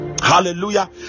Hallelujah